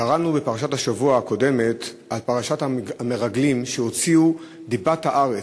קראנו בפרשת השבוע הקודמת על המרגלים שהוציאו דיבת הארץ.